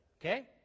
Okay